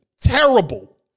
terrible